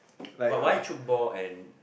but why tchoukball and